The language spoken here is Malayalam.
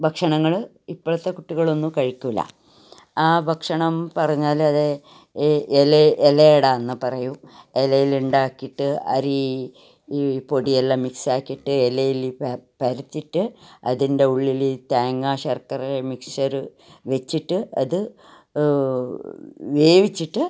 ഭക്ഷണങ്ങൾ ഇപ്പോഴത്തെ കുട്ടികളൊന്നും കഴിക്കില്ല ആ ഭക്ഷണം പറഞ്ഞാൽ അത് ഇല ഇലയടയെന്നു പറയും ഇലയിൽ ഉണ്ടാക്കിയിട്ട് ഈ ഈ പൊടിയെല്ലാം മിക്സാക്കിയിട്ട് ഇലയിൽ പരത്തിയിട്ട് അതിൻ്റെ ഉള്ളിൽ തേങ്ങാ ശർക്കര മിക്സ്ചർ വെച്ചിട്ട് അത് വേവിച്ചിട്ട്